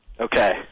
Okay